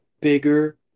bigger